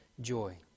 joy